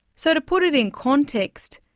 so to put it in context,